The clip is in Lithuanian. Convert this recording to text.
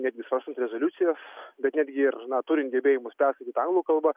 net visos rezoliucijos bet netgi ir na turint gebėjimus perskaityti anglų kalba